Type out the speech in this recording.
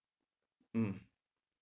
mm